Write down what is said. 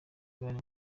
bari